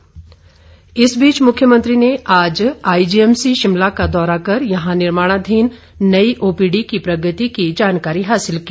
OPD इस बीच मुख्यमंत्री ने आज आईजीएमसी शिमला का दौरा कर यहां निर्माणधीन नई ओपीडी की प्रगति की जानकारी हासिल की